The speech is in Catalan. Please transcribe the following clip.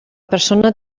persona